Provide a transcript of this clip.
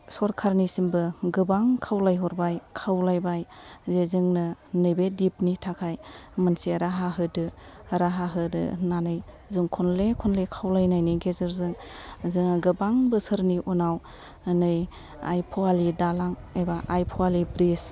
सरखारनिसिमबो गोबां खावलाय हरबाय खावलायबाय जे जोंनो नैबे डिबनि थाखाय मोनसे राहा होदो राहा होदो होनानै जों खनले खनले खावलायनायनि गेजेरजों जोङो गोबां बोसोरनि उनाव नै आइ फवालि दालांं एबा आइ फवालि ब्रिस